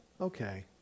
okay